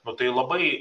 nu tai labai